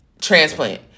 transplant